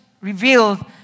revealed